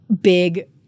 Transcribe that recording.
big